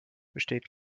besteht